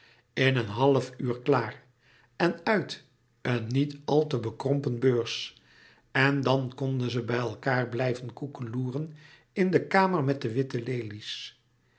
in een half uur klaar en uit een niet al te bekrompen beurs en dan konden ze bij elkaâr blijven koekeloeren in de kamer met de witte